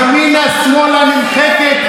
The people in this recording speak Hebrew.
ימינה שמאלה נמחקת,